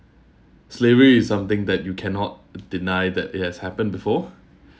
slavery is something that you cannot deny that it has happened before